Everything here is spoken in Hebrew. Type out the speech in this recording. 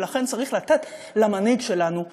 ולכן צריך לתת למנהיג שלנו למשול.